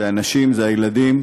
זה הנשים, זה הילדים,